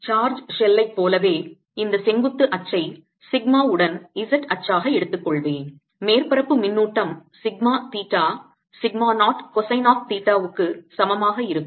charge ஷெல்லைப் போலவே இந்த செங்குத்து அச்சை சிக்மாவுடன் z அச்சாக எடுத்துக்கொள்வேன் மேற்பரப்பு மின்னூட்டம் sigma theta sigma 0 cosine of தீட்டாவுக்கு சமமாக இருக்கும்